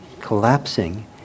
collapsing